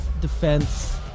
defense